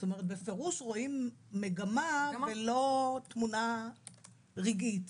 בפירוש רואים מגמה ולא תמונה רגעית.